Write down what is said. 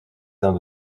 dans